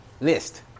list